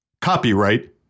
Copyright